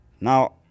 Now